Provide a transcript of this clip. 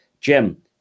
Jim